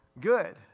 good